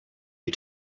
you